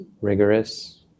rigorous